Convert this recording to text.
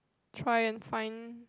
try and find